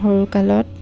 সৰুকালত